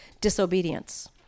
disobedience